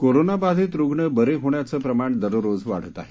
कोरोनाबाधित रुग्ण बरे होण्याचं प्रमाण दररोज वाढतं आहे